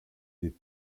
des